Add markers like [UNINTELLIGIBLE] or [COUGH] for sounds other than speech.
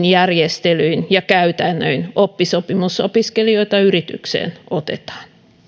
[UNINTELLIGIBLE] järjestelyin ja käytännöin oppisopimusopiskelijoita yritykseen otetaan